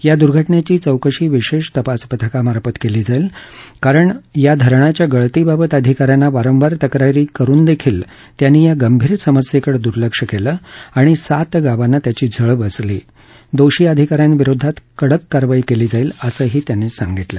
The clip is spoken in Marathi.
या दर्घटनेची चोकशी विशेष तपास पथकामार्फत केली जाईल कारण या धरणाच्या गळतीबाबत अधिका यांना वारंवार तक्रारी करुन देखील त्यांनी या गंभीर समस्येकडे दुर्लक्ष केलं आणि सात गावांना त्याची झळ बसली दोषी अधिका यांविरोधात कडक कारवाई केली जाईल असंही ते म्हणाले